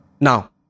Now